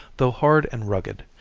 though hard and rugged,